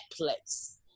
place